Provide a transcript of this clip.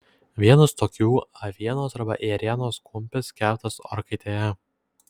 vienas tokių avienos arba ėrienos kumpis keptas orkaitėje